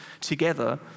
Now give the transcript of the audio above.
together